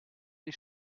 les